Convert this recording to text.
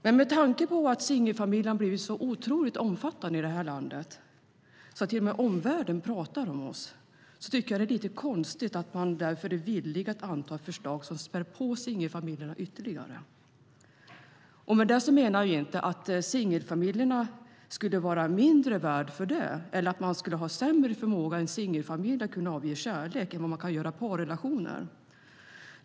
Med tanke på att antalet singelfamiljer blivit så otroligt stort i det här landet att till och med omvärlden pratar om oss tycker jag att det är lite konstigt att man är villig att anta ett förslag som spär på antalet singelfamiljer ytterligare. Vi menar inte att singelfamiljerna skulle vara mindre värda eller att man skulle ha sämre förmåga att avge kärlek i singelfamiljer jämfört med vad man kan göra i parrelationer.